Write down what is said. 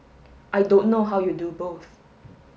I don't know how you do both